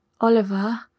Oliver